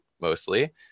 mostly